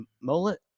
mullet